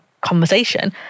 conversation